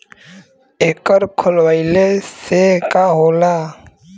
एकर खोलवाइले से का होला?